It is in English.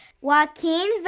Joaquin